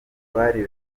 bari